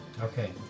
Okay